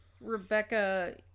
Rebecca